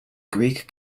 greek